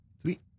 Sweet